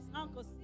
Uncle